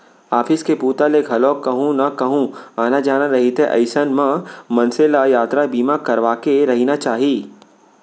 office के बूता ले घलोक कहूँ न कहूँ आना जाना रहिथे अइसन म मनसे ल यातरा बीमा करवाके रहिना चाही